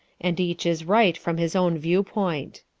and each is right from his own viewpoint.